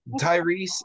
Tyrese